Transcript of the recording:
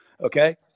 Okay